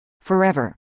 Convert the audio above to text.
forever